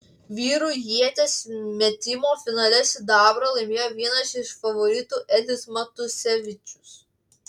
vyrų ieties metimo finale sidabrą laimėjo vienas iš favoritų edis matusevičius